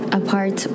apart